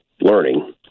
learning